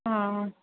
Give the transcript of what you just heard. हा